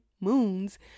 moons